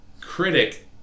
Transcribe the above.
critic